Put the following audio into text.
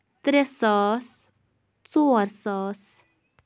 ترٛےٚ ساس ژور ساس